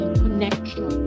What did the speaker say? connection